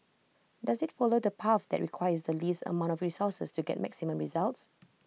does IT follow the path that requires the least amount of resources to get maximum results